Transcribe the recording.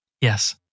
Yes